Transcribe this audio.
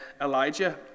Elijah